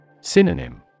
Synonym